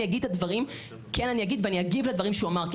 אגיד את הדברים ואני אגיב לדברים שהוא אמר,